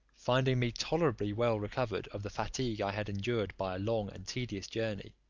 finding me tolerably well recovered of the fatigue i had endured by a long and tedious journey,